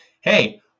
Hey